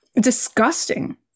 Disgusting